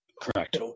Correct